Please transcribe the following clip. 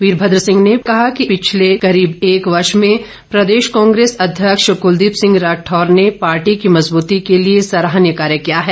वीरभद्र सिंह ने कहा कि पिछले करीब एक वर्ष में प्रदेश कांग्रेस अध्यक्ष कुलदीप सिंह राठौर ने पार्टी की मजबूती के लिए सराहनीय कार्य किया है